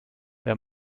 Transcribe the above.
wer